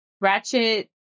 ratchet